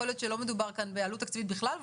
יכול להיות שלא מדובר כאן בעלות תקציבית בכלל,